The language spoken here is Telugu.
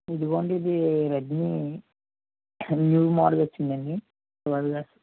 ఇదిగో అండి ఇది రెడ్మీ న్యూ మోడల్ వచ్చిందండి ఇవాళ